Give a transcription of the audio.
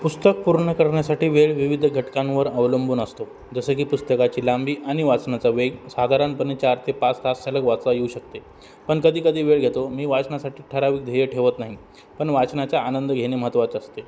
पुस्तक पूर्ण करण्यासाठी वेळ विविध घटकांवर अवलंबून असतो जसं की पुस्तकाची लांबी आणि वाचनाचा वेग साधारणपणे चार ते पाच तास सलग वाचा येऊ शकते पण कधी कधी वेळ घेतो मी वाचनासाठी ठराविक ध्येय ठेवत नाही पण वाचनाचा आनंद घेणे महत्त्वाचं असते